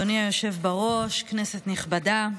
אדוני היושב בראש, כנסת נכבדה,